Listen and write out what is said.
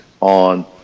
on